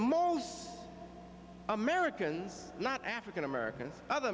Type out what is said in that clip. most americans not african americans other